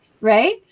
Right